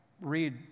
read